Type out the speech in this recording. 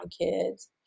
kids